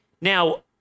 Now